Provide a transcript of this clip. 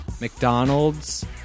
McDonald's